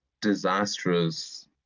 disastrous